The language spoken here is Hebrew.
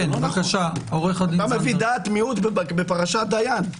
אתה מביא דעת מיעוט בפרשת דיין.